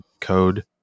code